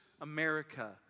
America